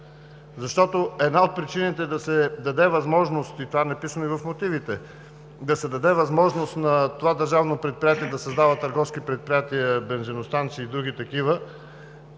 Защото една от причините да се даде възможност – и това е написано и в мотивите – на това държавно предприятие да създава търговски предприятия, бензиностанции и други такива